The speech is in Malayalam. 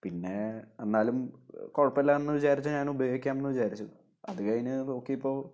പിന്നെ എന്നാലും കുഴപ്പമില്ല എന്ന് വിചാരിച്ച് ഞാൻ ഉപയോഗിക്കാം എന്ന് വിചാരിച്ചു അത് കഴിഞ്ഞു നോക്കിയപ്പോൾ